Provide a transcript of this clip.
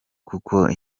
kuko